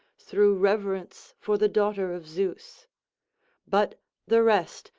through reverence for the daughter of zeus but the rest,